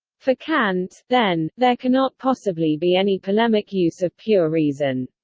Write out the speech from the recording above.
for kant, then, there cannot possibly be any polemic use of pure reason.